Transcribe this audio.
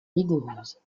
vigoureuse